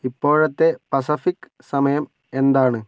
ഇപ്പോഴത്തെ പസഫിക് സമയം എന്താണ്